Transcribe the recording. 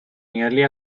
nearly